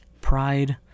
Pride